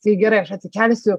tai gerai aš atsikelsiu